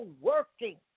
working